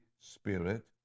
Spirit